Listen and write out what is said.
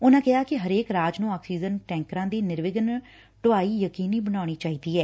ਉਨਾਂ ਕਿਹਾ ਕਿ ਹਰੇਕ ਰਾਜ ਨੂੰ ਆਕਸੀਜਨ ਟੈਕਰਾਂ ਦੀ ਨਿਰਵਿਘਨ ਆਵਾਜਾਈ ਯਕੀਨੀ ਬਣਾਉਣੀ ਚਾਹੀਦੀ ਐ